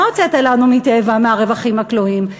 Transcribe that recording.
מה הוצאת לנו מ"טבע", מהרווחים הכלואים?